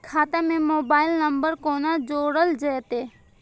खाता से mobile number कोना जोरल जेते?